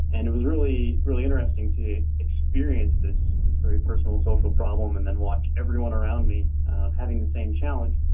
and it was really really interesting to experience this this very personal social problem and then watch everyone around me having the same challenge.